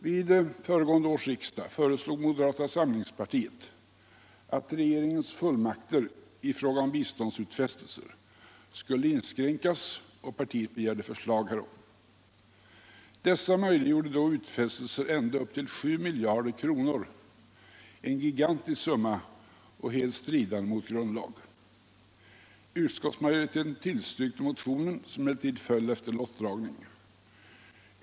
Vid föregående års riksdag föreslog moderata samlingspartiet att regeringens fullmakter i fråga om biståndsutfästelser skulle inskränkas, och partiet begärde förslag härom. Fullmakterna möjliggjorde då utfästelser för upp till 7 miljarder kronor, en gigantisk summa. Dessa fullmakter är helt stridande mot grundlag. Utskottsmajoriteten tillstyrkte motionen, som emellertid föll efter lottdragning.